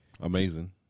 amazing